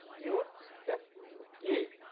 your that k.